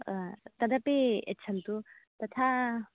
तदपि यच्छन्तु तथा